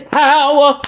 power